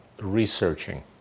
researching